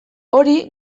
hori